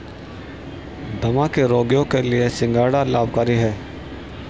दमा के रोगियों के लिए सिंघाड़ा लाभकारी है